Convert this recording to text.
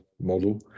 model